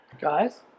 Guys